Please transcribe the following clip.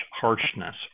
harshness